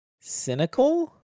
cynical